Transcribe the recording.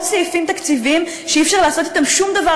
סעיפים תקציביים שאי-אפשר לעשות אתם שום דבר,